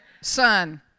Son